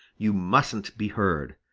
you mustn't be heard.